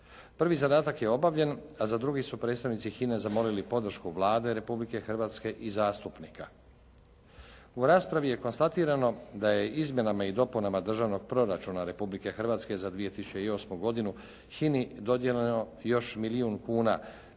Prvi zadatak je obavljen a za drugi su predstavnici HINA-e zamolili podršku Vlade Republike Hrvatske i zastupnika. U raspravi je konstatirano da je izmjenama i dopunama Državnog proračuna Republike Hrvatske za 2008. godinu HINA-ini dodijeljeno još milijun kuna